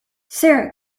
sara